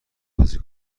بازی